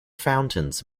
fountains